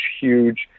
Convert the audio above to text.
huge